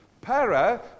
Para